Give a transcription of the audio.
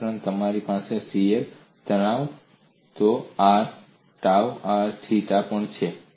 આ ઉપરાંત તમારી પાસે શીયર તણાવ તૌ આર થીટા પણ છે